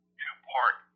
two-part